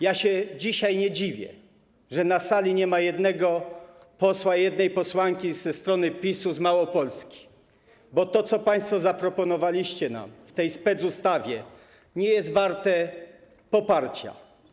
Ja się dzisiaj nie dziwię, że na sali nie ma ani jednego posła, ani jednej posłanki ze strony PiS-u z Małopolski, bo to, co państwo zaproponowaliście nam w tej specustawie, nie jest warte poparcia.